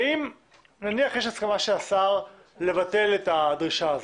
ואם נניח יש הסכמה של השר לבטל את הדרישה הזאת,